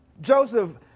Joseph